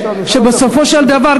בסופו של דבר,